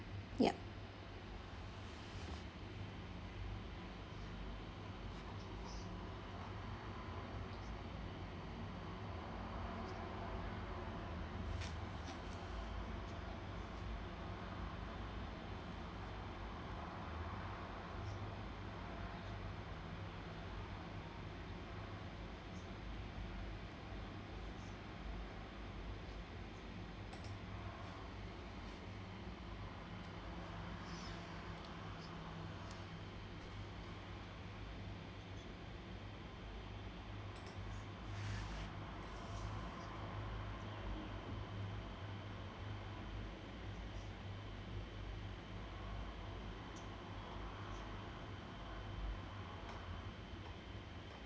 yup